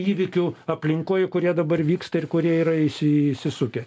įvykių aplinkoj kurie dabar vyksta ir kurie yra įsi įsisukę